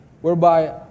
whereby